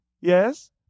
Yes